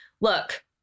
Look